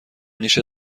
نیشت